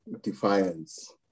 defiance